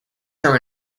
term